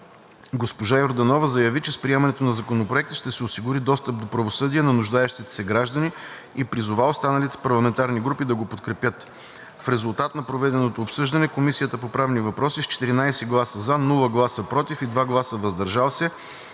Госпожа Йорданова заяви, че с приемането на Законопроекта ще се осигури достъп до правосъдие на нуждаещите се граждани и призова останалите парламентарни групи да го подкрепят. В резултат на проведеното обсъждане Комисията по правни въпроси с 14 гласа „за“, без „против“ и 2 гласа „въздържал се“